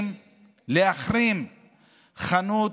להחרים חנות,